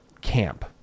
camp